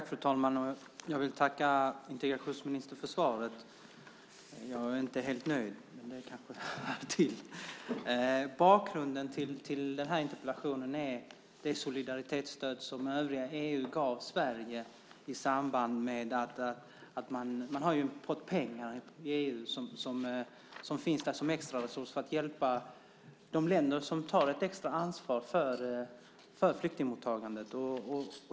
Fru talman! Jag vill tacka integrationsministern för svaret. Jag är inte helt nöjd, men det kanske hör till. Bakgrunden till den här interpellationen är det solidaritetsstöd som övriga EU gav Sverige. Det finns pengar i EU som en extraresurs för att hjälpa de länder som tar ett extra ansvar för flyktingmottagandet.